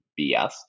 BS